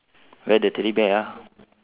where the teddy bear ah